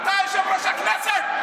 אדוני, אתה יושב-ראש הכנסת.